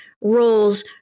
roles